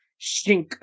shink